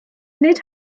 nid